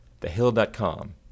thehill.com